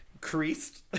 Creased